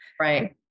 Right